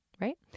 right